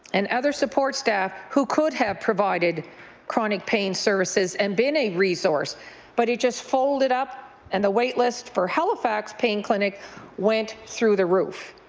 and support staff who could have provided chronic pain services and been a resource but it just folded up and the wait list for halifax pain clinic went through the roof,